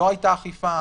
לא הייתה אכיפה?